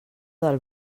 del